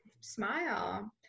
smile